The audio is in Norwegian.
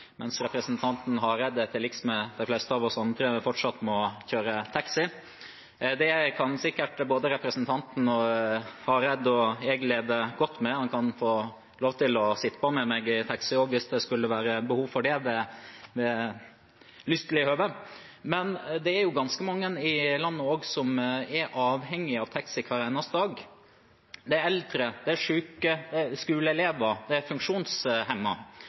mens representanten Hareide, til liks med de fleste av oss andre, fortsatt må kjøre taxi. Det kan sikkert både representanten Hareide og jeg leve godt med. Han kan få lov til å sitte på med meg i taxi hvis det skulle være behov for det ved lystelig høve. Men det er ganske mange i landet som er avhengig av taxi hver eneste dag. Det er eldre, det er syke, det er skoleelever, det er